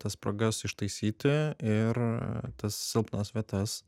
tas spragas ištaisyti ir tas silpnas vietas